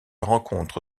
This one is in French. rencontre